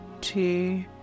two